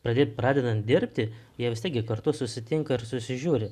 pradėt pradedant dirbti jie vis tiek gi kartu susitinka ir susižiūri